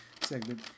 segment